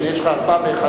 הנה יש לך ארבע ו-11.